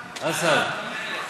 אסעד.